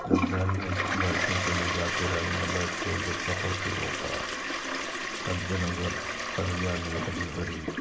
جب ریل میں بیٹھنے کے لئے جاتے ریل میں بیٹھتے جب سفر شروع ہوتا حد نظر ہریالی ہری بھری